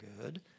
good